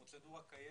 הפרוצדורה קיימת,